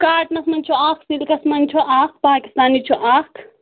cottons منٛز چھُ اکھ سِلکس منٛز چُھ اکھ پاکستانی چُھ اکھ